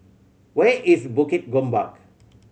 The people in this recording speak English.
where is Bukit Gombak